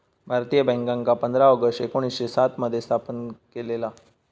भारतीय बॅन्कांका पंधरा ऑगस्ट एकोणीसशे सात मध्ये स्थापन केलेला